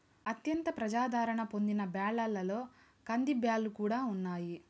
అత్యంత ప్రజాధారణ పొందిన బ్యాళ్ళలో కందిబ్యాల్లు కూడా ఉన్నాయి